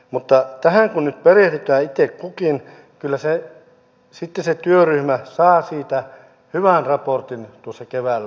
mutta tähän kun nyt perehdytään itse kukin kyllä se työryhmä sitten saa siitä hyvän raportin keväällä aikaan